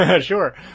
Sure